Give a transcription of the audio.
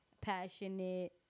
passionate